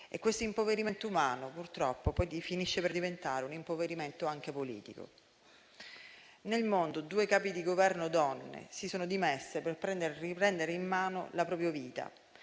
Questo impoverimento umano, purtroppo, finisce per diventare un impoverimento anche politico. Nel mondo due Capi di Governo donne si sono dimesse per riprendere in mano la propria vita,